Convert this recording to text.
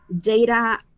data